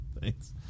Thanks